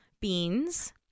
beans